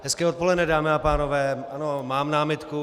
Hezké odpoledne, dámy a pánové, ano mám námitku.